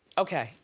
okay.